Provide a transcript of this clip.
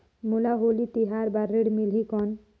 मोला होली तिहार बार ऋण मिलही कौन?